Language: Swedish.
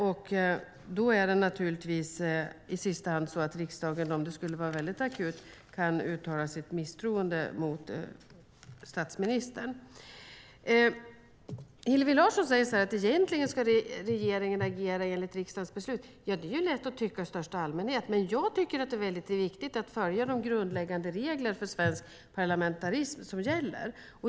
Riksdagen kan naturligtvis i sista hand, om det skulle vara väldigt akut, uttala sitt misstroende mot statsministern. Hillevi Larsson säger att regeringen egentligen ska agera enligt riksdagens beslut. Det är ju lätt att tycka så i största allmänhet, men jag tycker att det är viktigt att följa de gällande grundläggande reglerna för svensk parlamentarism.